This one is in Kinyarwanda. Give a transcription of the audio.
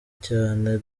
cyane